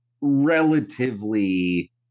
relatively